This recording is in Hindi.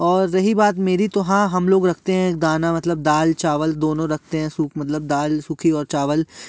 और रही बात मेरी तो हाँ हम लोग रखते हैं दाना मतलब दाल चावल दोनों रखते हैं मतलब दाल सूखी और चावल